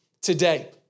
today